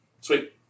Sweet